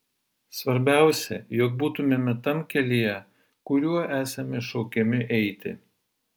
svarbiausia jog būtumėme tam kelyje kuriuo esame šaukiami eiti